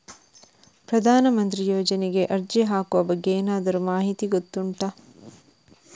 ಪ್ರಧಾನ ಮಂತ್ರಿ ಯೋಜನೆಗೆ ಅರ್ಜಿ ಹಾಕುವ ಬಗ್ಗೆ ಏನಾದರೂ ಮಾಹಿತಿ ಗೊತ್ತುಂಟ?